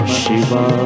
shiva